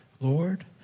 Lord